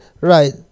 right